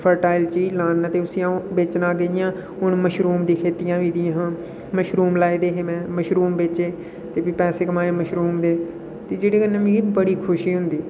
fertile चीज़ ला ना ते उसी अं'ऊ बेचना कि'यां हू'न मशरूम दी खेतियां होई दियां हियां मशरूम लाई दी ही में मशरूम बेचे ते भी पैसे कमाए मशरूम दे ते जेह्दे कन्नै मिगी बड़ी खुशी होंदी